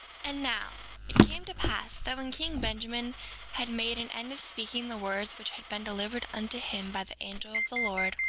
and now, it came to pass that when king benjamin had made an end of speaking the words which had been delivered unto him by the angel of the lord,